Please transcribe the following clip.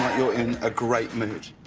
in a great manage.